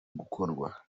gukorwa